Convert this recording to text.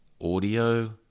audio